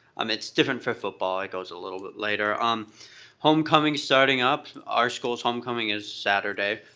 um it's different for football, it goes a little bit later. um homecoming starting up, our school's homecoming is saturday.